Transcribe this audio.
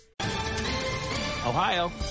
Ohio